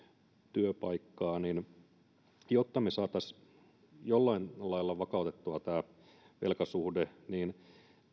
työpaikkaa tässähän siis todettiin että jotta me saisimme jollain lailla vakautettua tämän velkasuhteen niin